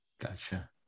Gotcha